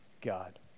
God